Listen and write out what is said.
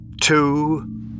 two